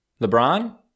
LeBron